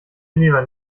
lieber